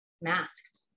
masked